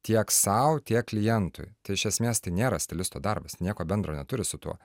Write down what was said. tiek sau tiek klientui tai iš esmės tai nėra stilisto darbas nieko bendro neturi su tuo